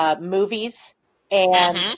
movies—and